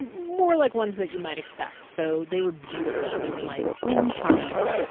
and more, like, ones that you might expect. so they were beautiful. they were, like, wind chimes